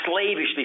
slavishly